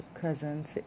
cousins